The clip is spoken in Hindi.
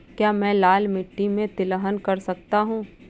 क्या मैं लाल मिट्टी में तिलहन कर सकता हूँ?